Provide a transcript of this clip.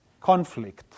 conflict